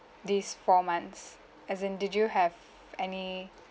these four months as in did you have any